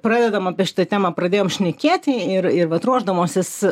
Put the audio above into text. pradedam apie šitą temą pradėjom šnekėti ir ir vat ruošdamosis